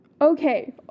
Okay